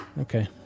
okay